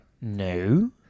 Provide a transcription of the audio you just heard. No